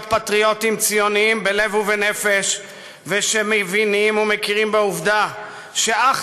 פטריוטים ציוניים בלב ובנפש ושמבינים ושמכירים בעובדה שאך